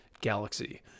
galaxy